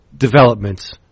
developments